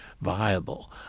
viable